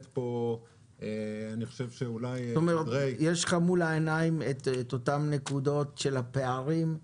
יש מול עיניך את אותן נקודות על הפערים,